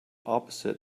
opposite